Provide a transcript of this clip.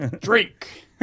drink